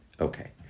Okay